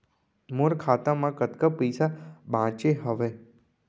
मोर खाता मा कतका पइसा बांचे हवय?